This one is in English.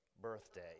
birthday